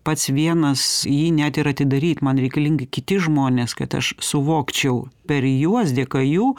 pats vienas jį net ir atidaryt man reikalingi kiti žmonės kad aš suvokčiau per juos dėka jų